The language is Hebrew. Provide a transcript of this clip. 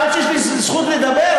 עד שיש לי זכות לדבר,